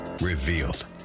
revealed